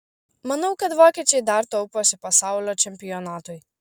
manau kad vokiečiai dar tauposi pasaulio čempionatui